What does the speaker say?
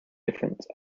difference